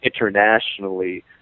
internationally